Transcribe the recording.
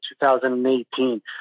2018